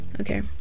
okay